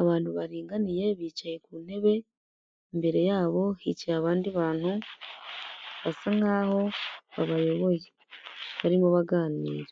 Abantu baringaniye bicaye ku ntebe imbere yabo hicaye abandi bantu basa nkaho babayoboye barimo baganira,